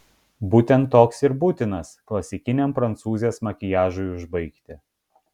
būtent toks ir būtinas klasikiniam prancūzės makiažui užbaigti